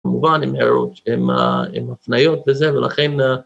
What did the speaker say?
‫כמובן, עם הערות, ‫עם עם הפניות וזה, ולכן...